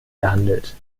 gehandelt